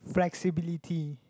flexibility